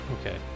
Okay